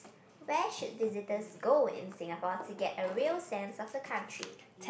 where should visitors go in Singapore to get a real sense of the country